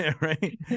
right